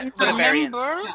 Remember